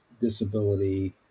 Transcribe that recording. disability